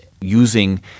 using